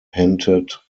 hinted